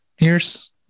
years